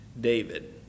David